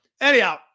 anyhow